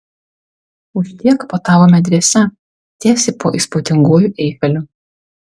už tiek puotavome dviese tiesiai po įspūdinguoju eifeliu